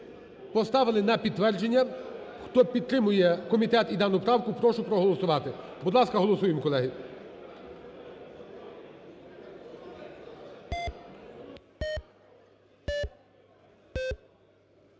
поставили на підтвердження. Хто підтримує комітет і дану правку, прошу проголосувати. Будь ласка, голосуємо, колеги.